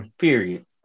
period